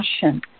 Passion